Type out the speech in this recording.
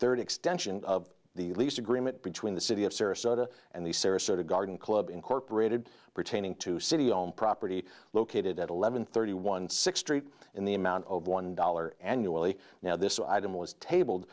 third extension of the lease agreement between the city of sarasota and the sarasota garden club incorporated pertaining to city owned property located at eleven thirty one six treat in the amount of one dollar annually now this item was table